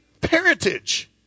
parentage